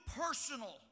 personal